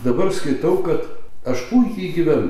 dabar skaitau kad aš puikiai gyvenu